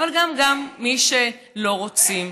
אבל גם למי שלא רוצים.